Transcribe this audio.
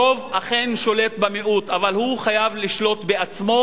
הרוב אכן שולט במיעוט, אבל הוא חייב לשלוט בעצמו,